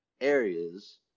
areas